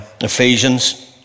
Ephesians